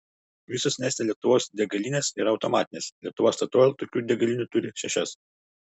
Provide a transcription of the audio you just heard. visos neste lietuvos degalinės yra automatinės lietuva statoil tokių degalinių turi šešias